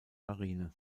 marine